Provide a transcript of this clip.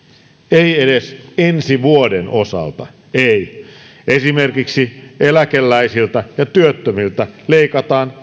ei edes ensi vuoden osalta ei esimerkiksi eläkeläisiltä ja työttömiltä leikataan